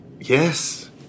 Yes